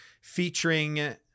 featuring-